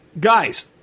guys